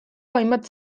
hainbat